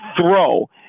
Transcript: throw